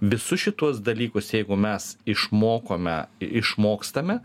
visus šituos dalykus jeigu mes išmokome išmokstame